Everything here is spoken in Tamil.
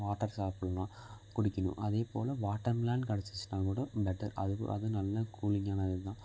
வாட்டர் சாப்பிட்லாம் குடிக்கணும் அதேப்போல் வாட்டர்மெலன் கிடச்சிச்சின்னா கூட பெட்டர் அதுக்கு அதுவும் நல்ல கூலிங்கானதுதான்